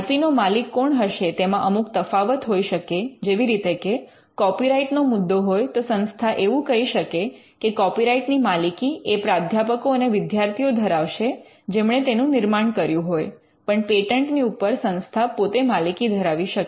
I P નો માલિક કોણ હશે તેમાં અમુક તફાવત હોઈ શકે જેવી રીતે કે કૉપીરાઇટ્ નો મુદ્દો હોય તો સંસ્થા એવું કહી શકે કે કૉપીરાઇટ્ ની માલિકી એ પ્રાધ્યાપકો અને વિદ્યાર્થીઓ ધરાવશે જેમણે તેનું નિર્માણ કર્યું હોય પણ પેટન્ટની ઉપર સંસ્થા પોતે માલિકી ધરાવી શકે